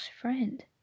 friend